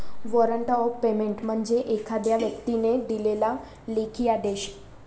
warrant of payment म्हणजे एखाद्या व्यक्तीने दिलेला लेखी आदेश